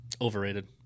Overrated